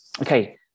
Okay